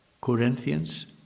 Corinthians